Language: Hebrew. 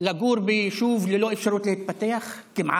לגור ביישוב ללא אפשרות להתפתח כמעט,